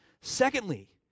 Secondly